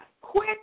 quick